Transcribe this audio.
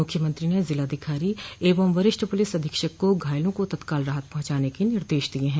मुख्यमंत्री ने जिलाधिकारी एवं वरिष्ठ प्रलिस अधीक्षक को घायलों को तत्काल राहत पहुंचाने के निर्देश दिये है